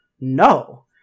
No